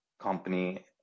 company